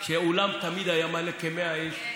האולם תמיד היה מלא, כ-100 איש.